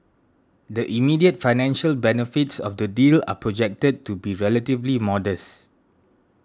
the immediate financial benefits of the deal are projected to be relatively modest